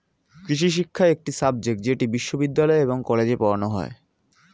কৃষিশিক্ষা একটি সাবজেক্ট যেটি বিশ্ববিদ্যালয় এবং কলেজে পড়ানো হয়